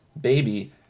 Baby